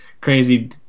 crazy